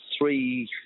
three